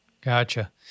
Gotcha